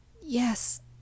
Yes